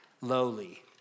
lowly